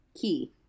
Key